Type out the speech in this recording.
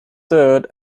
third